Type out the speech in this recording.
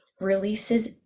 releases